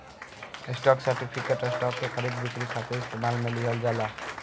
stock certificate, stock के खरीद बिक्री खातिर इस्तेमाल में लिहल जाला